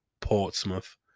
Portsmouth